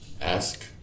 ask